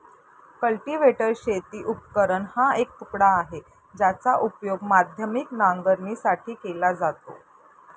cultivator शेती उपकरण हा एक तुकडा आहे, ज्याचा उपयोग माध्यमिक नांगरणीसाठी केला जातो